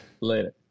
Later